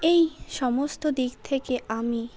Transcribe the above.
এই সমস্ত দিক থেকে আমি